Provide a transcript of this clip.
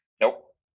Nope